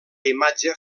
imatge